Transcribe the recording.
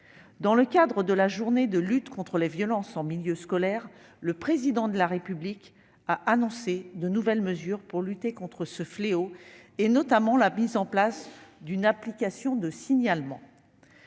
Dans le cadre de la Journée internationale de lutte contre la violence et le harcèlement en milieu scolaire, le Président de la République a annoncé de nouvelles mesures pour lutter contre ce fléau, notamment la mise en place d'une application de signalement.